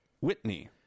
Whitney